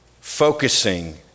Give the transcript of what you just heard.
focusing